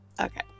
Okay